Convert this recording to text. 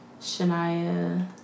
Shania